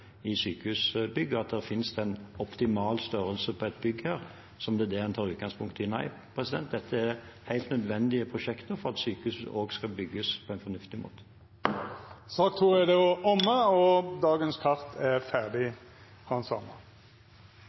i sykehusbygg, og at det finnes en optimal størrelse på et bygg som er det man tar utgangspunkt i. Nei, dette er helt nødvendige prosjekter for at sykehus skal bygges på en fornuftig måte. Dette spørsmålet er trekt tilbake. Dette spørsmålet er trekt tilbake. Sak nr. 2 er dermed handsama ferdig.